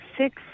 six